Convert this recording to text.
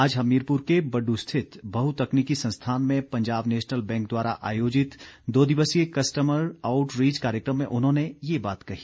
आज हमीरपुर के बड़ू स्थित बहुतकनीकी संस्थान में पंजाब नेशनल बैंक द्वारा आयोजित दो दिवसीय कस्टमर आउट रीच कार्यक्रम में उन्होंने ये बात कही